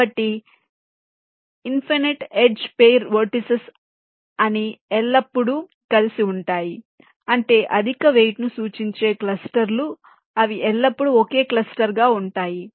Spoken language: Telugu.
కాబట్టి ఇన్ఫినిట్ ఎడ్జ్ పెయిర్ వెర్టిసిస్ అవి ఎల్లప్పుడూ కలిసి ఉంటాయి అంటే అధిక వెయిట్ ను సూచించే క్లస్టర్ లు అవి ఎల్లప్పుడూ ఒకే క్లస్టర్ గా ఉంటాయి